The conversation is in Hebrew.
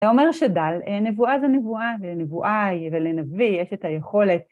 זה אומר שדל, נבואה זה נבואה, ולנבואה ולנביא יש את היכולת...